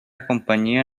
compañía